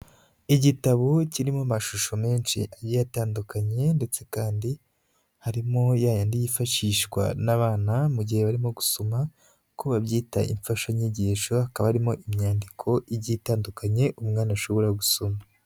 Igitabo kirimo amashusho menshi ayatandukanye ndetse kandi harimo ya yandi yifashishwa n'abana mu gihe barimo gusoma kuko babyita imfashanyigisho, hakaba harimo imyandiko igiye itandukanye umwana ashobora gusoma.